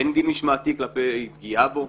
אין דין משמעתי כלפי פגיעה בו,